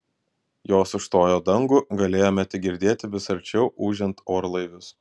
jos užstojo dangų galėjome tik girdėti vis arčiau ūžiant orlaivius